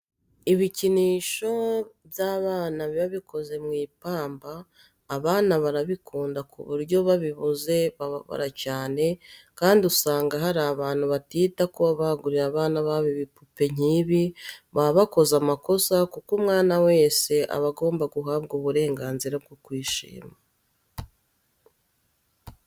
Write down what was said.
Ibikinisho by'abana biba bikoze mu ipamba abana barabikunda ku buryo babibuze bababara cyane, kandi usanga hari abantu batita kuba bagurira abana babo ibipupe nk'ibi baba bakoze amakosa kuko umwana wese aba agomba guhabwa uburenganzira bwo kwishima.